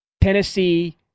Tennessee